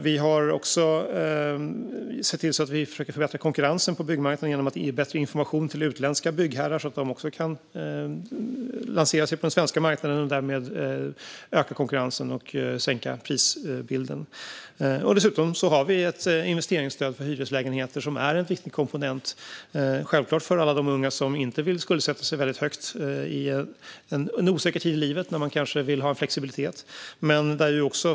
Vi har även försökt förbättra konkurrensen på byggmarknaden genom att ge bättre information till utländska byggherrar, så att de också kan lansera sig på den svenska marknaden och därmed öka konkurrensen och sänka prisbilden. Dessutom har vi ett investeringsstöd för hyreslägenheter, vilket självklart är en viktig komponent för alla de unga som inte vill skuldsätta sig kraftigt i en osäker tid i livet då de kanske vill ha flexibilitet.